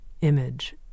image